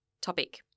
topic